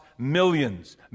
millions